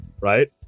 right